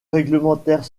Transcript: réglementaire